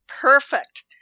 perfect